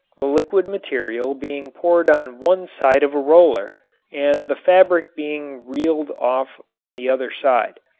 the liquid material being poured on one side of a roller and the fabric being reeled off on the other side.